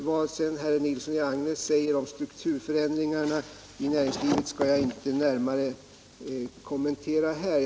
Vad herr Nilsson i Agnäs säger om strukturförändringarna i näringslivet skall jag inte närmare kommentera här.